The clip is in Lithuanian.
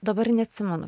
dabar neatsimenu